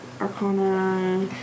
Arcana